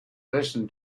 listen